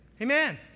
Amen